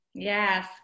Yes